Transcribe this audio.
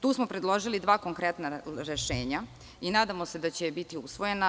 Tu smo predložili dva konkretna rešenja i nadamo se da će biti usvojena.